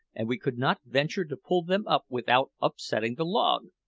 and we could not venture to pull them up without upsetting the log.